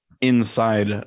inside